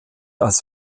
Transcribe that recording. als